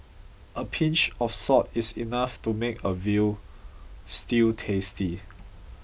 a pinch of salt is enough to make a view stew tasty